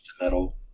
metal